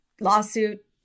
lawsuit